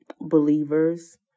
believers